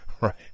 right